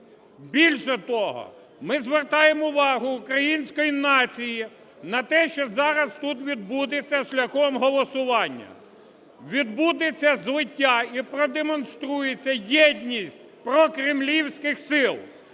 Більше того, ми звертаємо увагу української нації на те, що зараз тут відбудеться шляхом голосування: відбудеться злиття і продемонструється єдність прокремлівських сил.